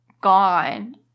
gone